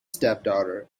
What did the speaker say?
stepdaughter